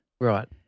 Right